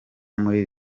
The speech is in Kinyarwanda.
muri